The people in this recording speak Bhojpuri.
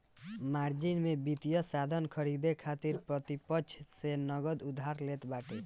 मार्जिन में वित्तीय साधन खरीदे खातिर प्रतिपक्ष से नगद उधार लेत बाटे